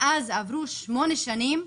מאז עברו שמונה שנים,